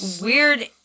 weird